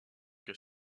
que